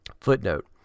footnote